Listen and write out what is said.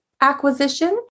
acquisition